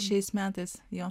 šiais metais jo